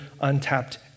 untapped